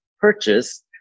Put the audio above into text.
purchase